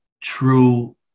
true